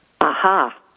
Aha